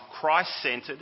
Christ-centered